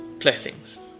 Blessings